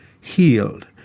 healed